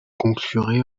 conclurai